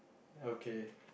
okay